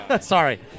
Sorry